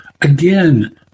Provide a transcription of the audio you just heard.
again